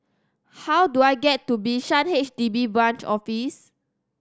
how do I get to Bishan H D B Branch Office